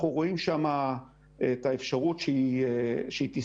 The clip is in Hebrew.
אנחנו רואים שם את האפשרות שחישמול